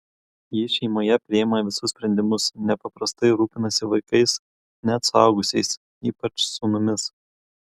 ji šeimoje priima visus sprendimus nepaprastai rūpinasi vaikais net suaugusiais ypač sūnumis